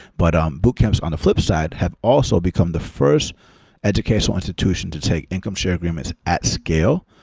but um boot camps on the flipside have also become the first educational institution to take income share agreements at scale,